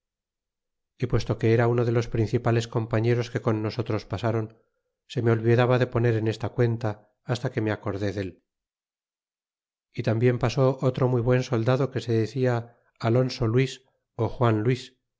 y puesto que era uno de los principales compañeros que con nosotros pasaron se me olvidaba de poner en esta cuenta hasta que me acordé del y tambien pasó otro muy buen soldado que se decia alonso luis ó juan luis